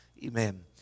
Amen